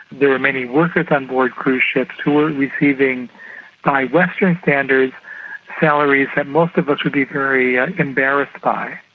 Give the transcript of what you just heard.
there are many workers on board cruise ships who are receiving by western standards salaries that most of us would be very ah embarrassed by.